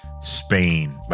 Spain